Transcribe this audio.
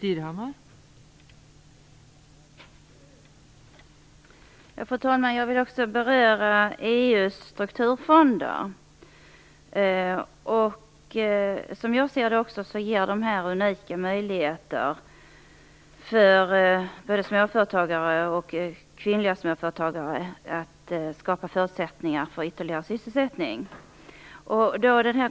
Fru talman! Jag vill också beröra EU:s strukturfonder. Som jag ser det ger de unika möjligheter för småföretagare och även kvinnliga småföretagare att skapa förutsättningar för ytterligare sysselsättning.